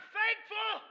thankful